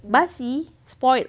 basi spoilt